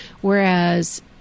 Whereas